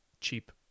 cheap